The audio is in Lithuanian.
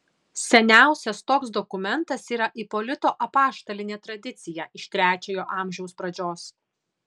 seniausias toks dokumentas yra ipolito apaštalinė tradicija iš trečiojo amžiaus pradžios